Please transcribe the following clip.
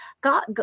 God